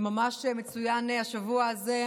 הוא מצוין ממש השבוע הזה.